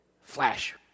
flash